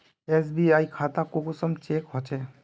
SBI खाता कुंसम check होचे?